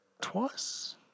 twice